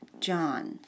John